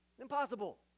Impossible